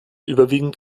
überwiegend